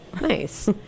Nice